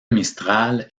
mistral